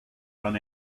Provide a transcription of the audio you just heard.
ran